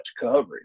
coverage